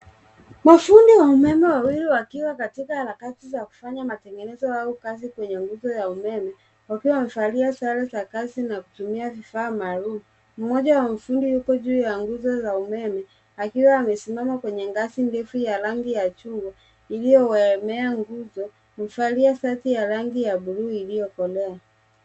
Mafundi wa umeme wawili wakiwa katika harakati za kufanya matengenezo au kazi kwenye nguzo ya umeme wakiwa wamevalia sare za kazi na kutumia vifaa maaalum. Mmoja wa mafundi yuko juu ya nguzo ya umeme akiwa amesimama kwenye ngazi ndefu yenye rangi ya chungwa iliyoegemea nguzo. Amevalua shati la bluu iliyokolea.